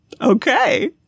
Okay